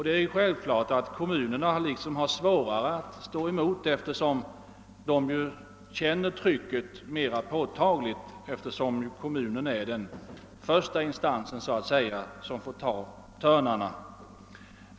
Det är självklart att en kommun har svårare att stå emot trycket, eftersom den känner detta mera påtagligt. Kommunen är så att säga den första instans som får ta törnarna.